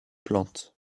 plantes